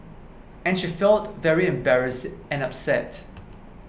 and she felt very embarrassed and upset